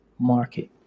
market